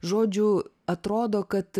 žodžiu atrodo kad